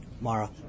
Mara